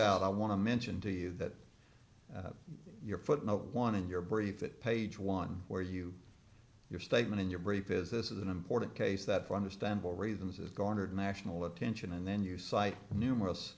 out i want to mention to you that you're footnote one in your brief that page one where you your statement in your brave is this is an important case that for understandable reasons is garnered national attention and then you cite numerous